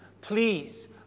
please